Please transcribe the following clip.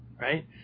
right